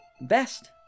best